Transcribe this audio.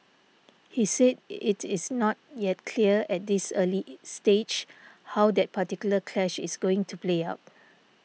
he said it is not yet clear at this early stage how that particular clash is going to play out